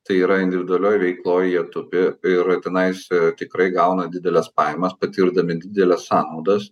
tai yra individualioj veikloj jie tupi ir tenais tikrai gauna dideles pajamas patirdami dideles sąnaudas